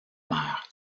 mère